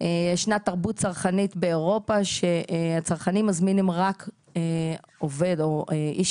ישנה תרבות צרכנית באירופה שהצרכנים מזמינים רק עובד או איש